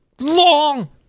long